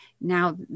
Now